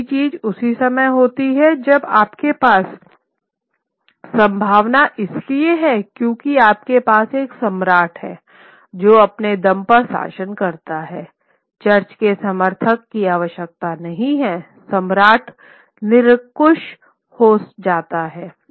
दूसरी चीज उसी समय होती है जब आपके पास संभावना इसलिए है क्योंकि आपके पास एक सम्राट है जो अपने दम पर शासन करता है चर्च के समर्थन की आवश्यकता नहीं है सम्राट निरंकुश हो जाता है